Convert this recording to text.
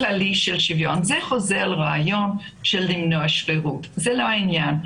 חוזר לרעיון של --- זה לא העניין,